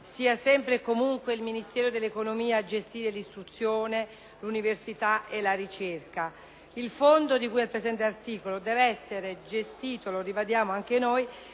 sia sempre e comunque il Ministero dell’economia a gestire l’istruzione, l’universitae la ricerca. Il fondo di cui al presente articolo deve essere gestito, lo ribadiamo anche noi,